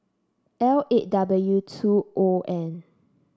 L eight W two O N